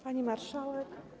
Pani Marszałek!